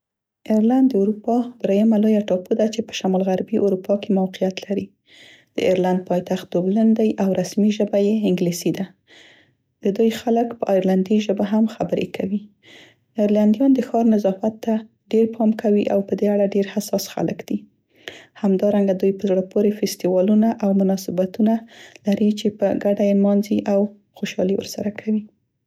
ایرلند د اروپا درییمه لویه ټاپو ده چې په شمال غربي اروپا کې موقعیت لري. د ایرلند پایتخت دوبلن دی او رسمي ژبه یې انګلیسي ده، د دوی خلک په ایرلندي ژبه هم خبرې کوي. ایرلندیان د ښار نظافت ته ډیر پام کومي او په دې اړه ډیر حساس خلک دي. همدارنګه دوی په زړه پورې فیستوالونه او مناسبتونه لري چې په ګډه یې نمانځي او خوشحالي ورسره کوي.